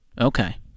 Okay